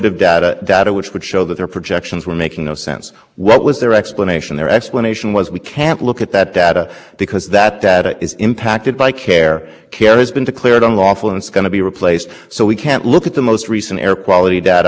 and refused to confront the fact that my god when we use our model we are projecting that when up when emissions are reduced more down when pollution concentrations go up whether the up when cut emissions worth the level they were at because of care or anything else doesn't change the